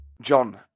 John